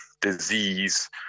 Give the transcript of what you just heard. disease